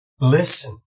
Listen